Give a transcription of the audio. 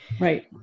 Right